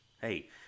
hey